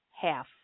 half